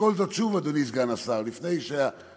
לשקול זאת שוב, אדוני סגן השר, לפני שאתה,